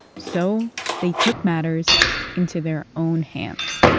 so they took matters into their own hands